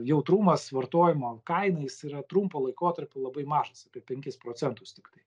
jautrumas vartojimo kaina jis yra trumpu laikotarpiu labai mažas apie penkis procentus tiktai